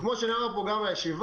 כמו שנאמר בישיבה,